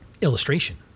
illustration